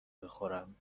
بخورم